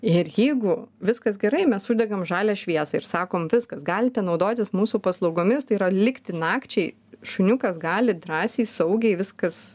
ir jeigu viskas gerai mes uždegam žalią šviesą ir sakom viskas galite naudotis mūsų paslaugomis tai yra likti nakčiai šuniukas gali drąsiai saugiai viskas